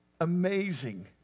amazing